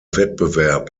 wettbewerb